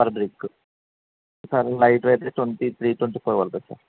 per brick sir lightweight అయితే twenty three twenty four వరుకు అవుతుంది